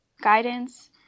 Guidance